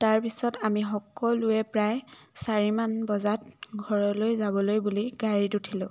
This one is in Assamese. তাৰপিছত আমি সকলোৱে প্ৰায় চাৰিমান বজাত ঘৰলৈ যাবলৈ বুলি গাড়ীত উঠিলো